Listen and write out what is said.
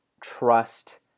trust